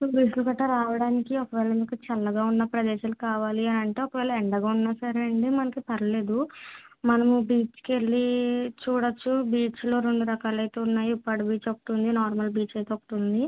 బీచ్కి కట్టా రావడానికి ఒకవేళ మీకు చల్లగా ఉన్న ప్రదేశాలు కావాలి అనంటే ఒకవేళ ఎండగా ఉన్నా సరే అండి మనకి పర్లేదు మనము బీచ్కు వెళ్లి చూడవచ్చు బీచ్లో రెండు రకాలు అయితే ఉన్నాయి ఉప్పాడ బీచ్ ఒకటి ఉంది నార్మల్ బీచ్ అయితే ఒకటి ఉంది